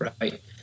Right